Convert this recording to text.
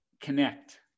connect